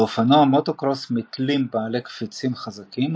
לאופנוע מוטוקרוס מתלים בעלי קפיצים חזקים,